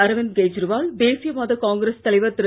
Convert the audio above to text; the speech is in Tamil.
அரவிந்த்கெஜ்ரிவால் தேசியவாதகாங்கிரஸ்தலைவர்திரு